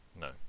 No